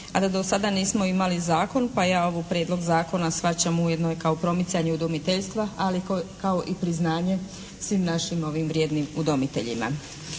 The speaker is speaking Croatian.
a da do sada nismo imali zakon, pa ja ovaj prijedlog zakona shvaćam ujedno kao i promicanje udomiteljstva ali i kao priznanje svim našim vrijednim udomiteljima.